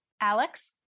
Alex